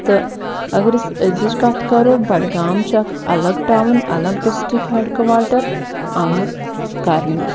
تہٕ اَگر أسۍ أزِچ کَتھ کرو بڈگام چھُ اکھ اَلگ ٹوُن اَلگ ڈِسٹرک ہٮ۪ڈ کُواٹر آمُت کرنہٕ